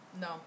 No